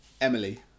Emily